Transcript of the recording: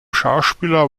schauspieler